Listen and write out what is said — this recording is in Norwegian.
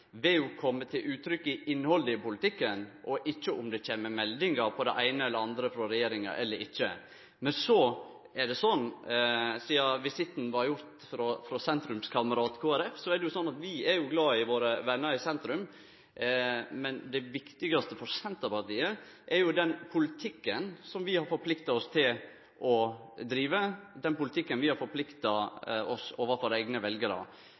vil jo komme til uttrykk gjennom innhaldet i politikken, ikkje om det kjem eller ikkje kjem meldingar om det eine eller andre frå regjeringa. Men sjølv om visitten blei gjord frå sentrumskamerat Kristeleg Folkeparti – vi er glade i vennane våre i sentrum – er det viktigaste for Senterpartiet den politikken som vi overfor eigne veljarar har forplikta oss til å drive. Det har talt tyngre, og derfor har vi inngått eit raud-grønt regjeringssamarbeid der vi har